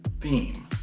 theme